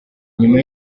nyuma